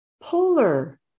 polar